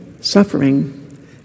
suffering